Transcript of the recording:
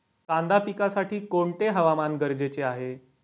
कांदा पिकासाठी कोणते हवामान गरजेचे आहे?